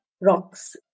Rocks